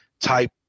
type